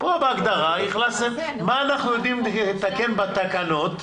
מה אנחנו יודעים לתקן בתקנות,